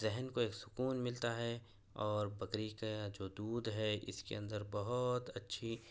ذہن کو ایک سکون ملتا ہے اور بکری کا جو دودھ ہے اس کے اندر بہت اچھی